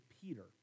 Peter